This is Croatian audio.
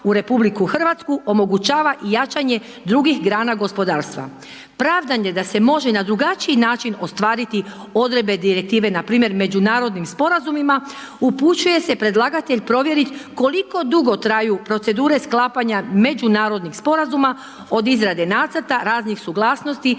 u RH omogućava i jačanje drugih grana gospodarstva. Pravdanje da se može na drugačiji način ostvariti odredbe Direktive npr. međunarodnim sporazumima upućuje se predlagatelj provjerit koliko dugo traju procedure sklapanja međunarodnih sporazuma od izrade nacrta raznih suglasnosti,